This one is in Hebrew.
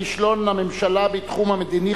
כישלון הממשלה בתחום המדיני,